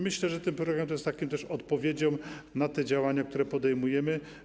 Myślę, że ten program jest też odpowiedzią na te działania, które podejmujemy.